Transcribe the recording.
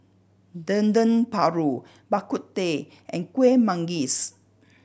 Dendeng Paru Bak Kut Teh and Kuih Manggis